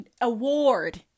award